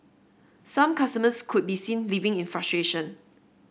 some customers could be seen leaving in frustration